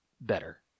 better